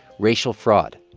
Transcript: racial fraud.